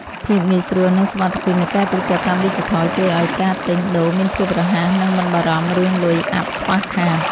ភាពងាយស្រួលនិងសុវត្ថិភាពនៃការទូទាត់តាមឌីជីថលជួយឱ្យការទិញដូរមានភាពរហ័សនិងមិនបារម្ភរឿងលុយអាប់ខ្វះខាត។